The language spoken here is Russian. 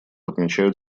отмечают